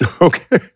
Okay